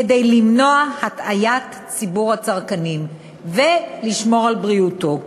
כדי למנוע הטעיית ציבור הצרכנים ולשמור על בריאותו.